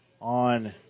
on